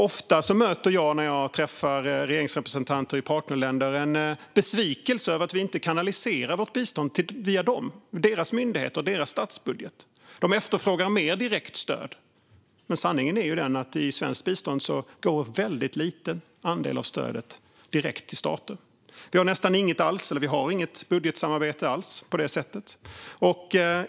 Ofta möter jag när jag träffar regeringsrepresentanter i partnerländer en besvikelse över att vi inte kanaliserar vårt bistånd via dem, via deras myndigheter och deras statsbudget. De efterfrågar mer direkt stöd. Men sanningen är ju den i svenskt bistånd att en väldigt liten andel av stödet går direkt till staten. Vi har inget budgetsamarbete alls på det sättet.